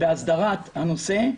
בהסדרת הנושא.